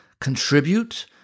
contribute